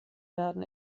werden